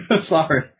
Sorry